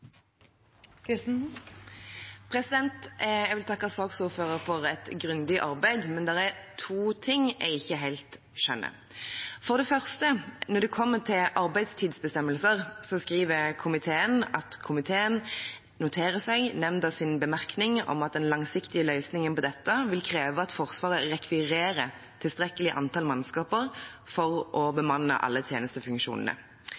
kommende år. Jeg vil takke saksordføreren for et grundig arbeid, men det er to ting jeg ikke helt skjønner. For det første: Når det kommer til arbeidstidsbestemmelser, skriver komiteen: «Komiteen noterer seg nemndas bemerkning om at den langsiktige løsningen på dette vil kreve at Forsvaret rekvirerer tilstrekkelig antall mannskaper for å